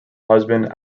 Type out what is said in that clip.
husband